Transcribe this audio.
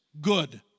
good